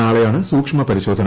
നാളെയാണ് സൂക്ഷ്മ പരിശോധന